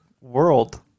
world